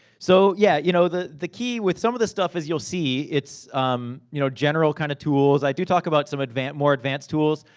so yeah, you know the the key, with some of this stuff is you'll see, it's um you know general kind of tools. i do talk about some more advance tools.